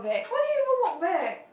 why did you even walk back